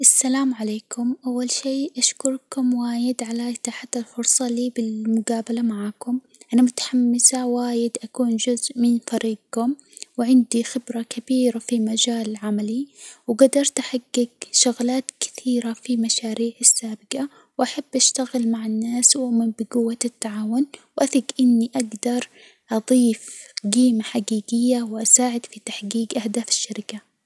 السلام عليكم، أول شيء أشكركم وايد على إتاحة الفرصة لي بالمجابلة معاكم، أنا متحمسة وايد أكون جزء من طريجكم، وعندي خبرة كبيرة في مجال عملي، وجدرت أحجج شغلات كثيرة في مشاريعي السابجة، وأحب أشتغل مع الناس وأؤمن بجوة التعاون، وأثج إني أجدر أضيف جيمة حجيجية وأساعد في تحجيج أهداف الشركة.